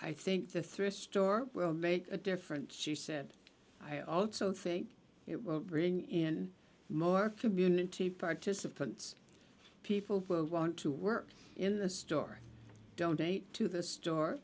i think the thrift store made a difference she said i also think it will bring in more community participants people will want to work in the store donate to the store